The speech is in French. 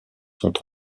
sont